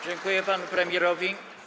Dziękuję panu premierowi.